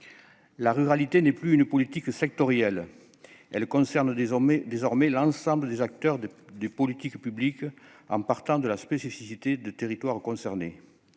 La ruralité n'est plus une politique sectorielle : elle concerne désormais l'ensemble des politiques publiques, en partant de la spécificité des territoires concernés.